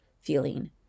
feeling